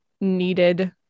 needed